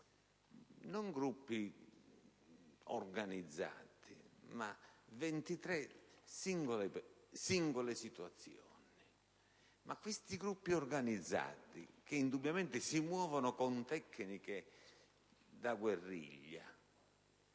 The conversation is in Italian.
non gruppi organizzati, ma 23 singole situazioni. Questi gruppi organizzati, che indubbiamente si muovono con tecniche da guerriglia,